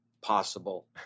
possible